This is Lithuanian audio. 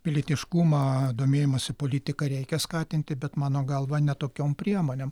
pilietiškumą domėjimąsi politika reikia skatinti bet mano galva ne tokiom priemonėm